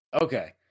Okay